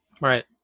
Right